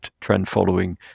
trend-following